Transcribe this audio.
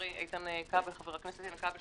חברי חבר הכנסת איתן כבל,